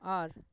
ᱟᱨ